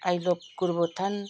I love Gorubathan